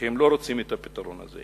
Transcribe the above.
שהם לא רוצים את הפתרון הזה.